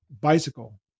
bicycle